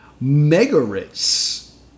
Megaris